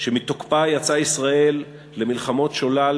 שמתוקפה יצאה ישראל למלחמות שולל,